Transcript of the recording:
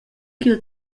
ch’il